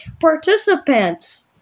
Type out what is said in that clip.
participants